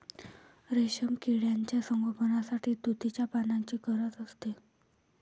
रेशीम किड्यांच्या संगोपनासाठी तुतीच्या पानांची गरज असते